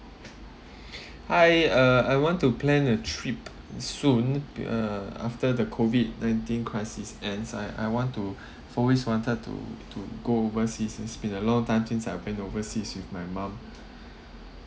hi uh I want to plan a trip soon uh after the COVID nineteen crisis and I I want to always wanted to to go overseas it's been a long time since I went overseas with my mum